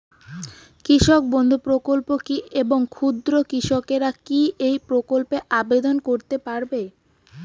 কৃষক বন্ধু প্রকল্প কী এবং ক্ষুদ্র কৃষকেরা কী এই প্রকল্পে আবেদন করতে পারবে?